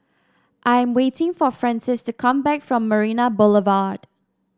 I'm waiting for Francies to come back from Marina Boulevard